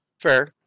Fair